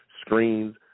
screens